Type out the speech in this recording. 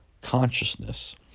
consciousness